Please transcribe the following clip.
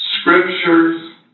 scriptures